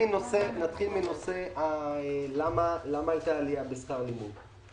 נתחיל בשאלה למה הייתה עלייה בשכר הלימוד.